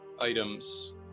items